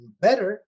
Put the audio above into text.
better